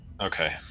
Okay